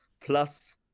Plus